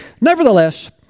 Nevertheless